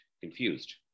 confused